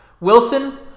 Wilson